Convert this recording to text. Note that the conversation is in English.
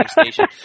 station